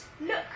look